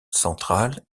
centrale